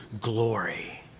glory